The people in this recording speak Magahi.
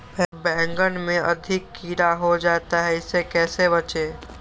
बैंगन में अधिक कीड़ा हो जाता हैं इससे कैसे बचे?